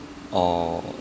uh